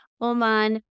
oman